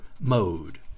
mode